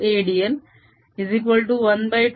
Aadl12dr jr